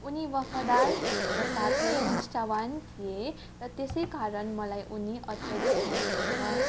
उनी वफादार र साथै निष्ठावान् थिए र त्यसै कारण मलाई उनी अत्याधिक मनपर्छ